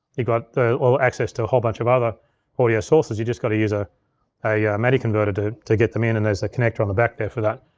you've got the all-access to a whole bunch of other audio sources, you just gotta use ah a madi converter to to get them in, and there's a connector on the back there for that.